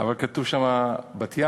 אבל כתוב שם בת-ים?